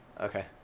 Okay